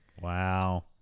Wow